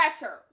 better